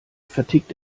vertickt